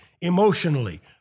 emotionally